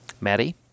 Maddie